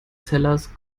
zellers